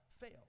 fail